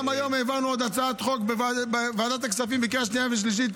גם היום העברנו עוד הצעת חוק בוועדת הכספים לקריאה שנייה ושלישית,